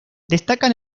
destacan